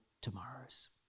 tomorrows